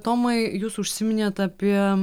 tomai jūs užsiminėt apie